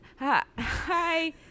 hi